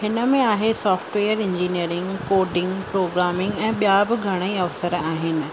हिन में आहे सॉफ्टवेयर इंजीनियरिंग कोडिंग प्रोग्रामिंग ऐं ॿिया बि घणा ई अवसर आहिनि